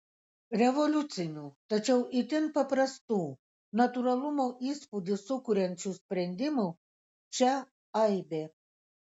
revoliucinių tačiau itin paprastų natūralumo įspūdį sukuriančių sprendimų čia aibė